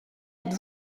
êtes